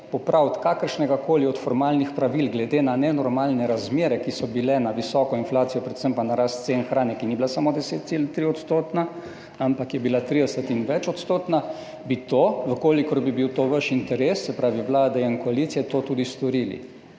popraviti kakršnegakoli od formalnih pravil glede na nenormalne razmere, ki so bile na visoko inflacijo, predvsem pa na rast cen hrane, ki ni bila samo 10,3-odstotna, ampak je bila 30-odstotna in več, bi to, v kolikor bi bil to vaš interes, se pravi, vlade in koalicije, tudi storili.